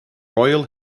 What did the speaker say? royal